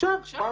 עכשיו.